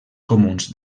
comuns